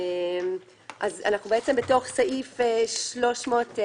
אנחנו בעצם בתוך סעיף 301א